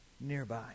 nearby